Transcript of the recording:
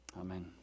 Amen